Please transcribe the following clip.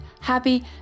happy